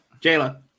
Jayla